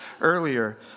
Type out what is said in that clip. earlier